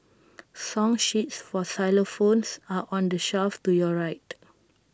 song sheets for xylophones are on the shelf to your right